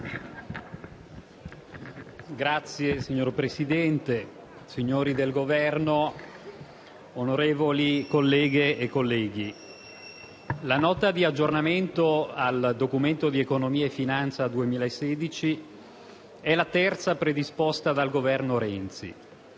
*relatore*. Signor Presidente, signori del Governo, onorevoli colleghe e colleghi, la Nota di aggiornamento al Documento di economia e finanza 2016 è la terza predisposta dal Governo Renzi.